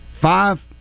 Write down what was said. Five